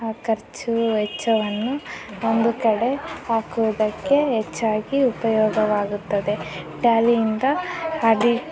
ಖರ್ಚು ವೆಚ್ಚವನ್ನು ಒಂದು ಕಡೆ ಹಾಕುವುದಕ್ಕೆ ಹೆಚ್ಚಾಗಿ ಉಪಯೋಗವಾಗುತ್ತದೆ ಟ್ಯಾಲಿಯಿಂದ ಆಡಿಟ್